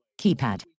keypad